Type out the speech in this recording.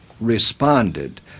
responded